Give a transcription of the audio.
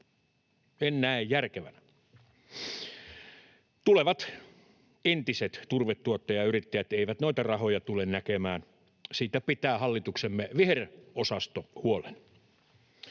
En näe järkevänä. Tulevat entiset turvetuottajayrittäjät eivät noita rahoja tule näkemään. Siitä pitää hallituksemme viherosasto huolen.